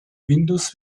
windows